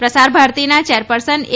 પ્રસાર ભારતીના ચેરપર્સન એ